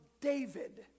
David